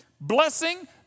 blessing